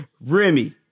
Remy